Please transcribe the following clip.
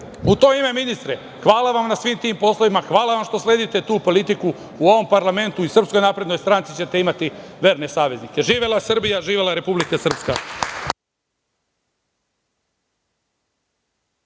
to ime, ministre, hvala vam na svim tim poslovima, hvala vam što sledite tu politiku. U ovom parlamentu i SNS ćete imati verne saveznike. Živela Srbija! Živela Republika Srpska!